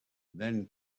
then